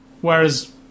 Whereas